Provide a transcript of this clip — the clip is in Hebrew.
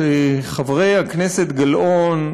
שחברת הכנסת גלאון,